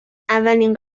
اولین